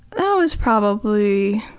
oh it was probably